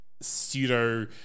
pseudo